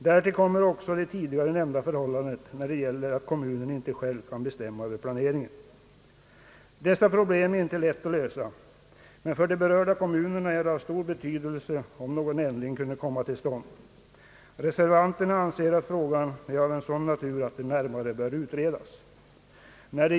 Därtill kommer också det tidigare nämnda förhållandet att kommunen inte själv kan bestämma över planeringen. Dessa problem är inte lätta att lösa, men för de berörda kommunerna är det av stor betydelse att någon ändring kunde komma till stånd. Reservanterna anser att frågan är av sådan natur att den närmare bör utredas.